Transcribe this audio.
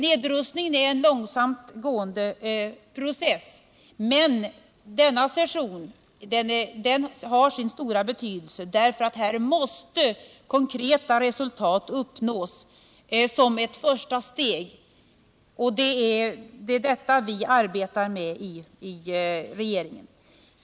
Nedrustningen är en långsamt gående process. Men denna session får sin stora betydelse om konkreta resultat uppnås som ett första steg. Det är detta vi arbetar för i regeringen.